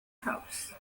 house